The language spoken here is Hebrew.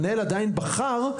המנהל עדיין בחר,